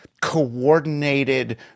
coordinated